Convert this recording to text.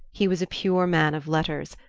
he was a pure man of letters,